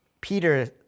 Peter